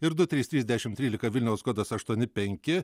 ir du trys trys dešimt trylika vilniaus kodas aštuoni penki